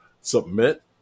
submit